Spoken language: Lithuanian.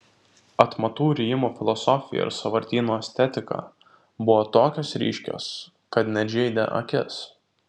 atmatų rijimo filosofija ir sąvartyno estetika buvo tokios ryškios kad net žeidė akis